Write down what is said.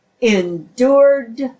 endured